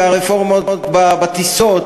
מכובדי השרים,